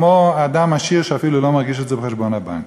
כמו אדם עשיר שאפילו לא מרגיש את זה בחשבון הבנק.